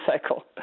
cycle